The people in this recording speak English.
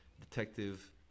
detective